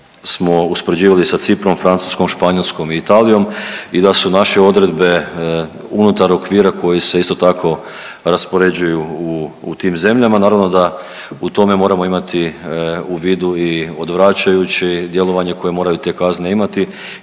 smo uspoređivali sa Ciprom, Francuskom, Španjolskom i Italijom i da su naše odredbe unutar okvira koji se isto tako raspoređuju u tim zemljama. Naravno da u tome moramo imati u vidu i odvračajuće koje moraju te kazne imati